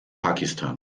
pakistan